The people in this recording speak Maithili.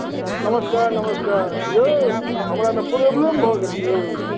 नमस्कार नमस्कार यौ हमरा तऽ प्रॉब्लम भऽ गेल यौ